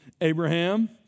Abraham